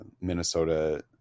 Minnesota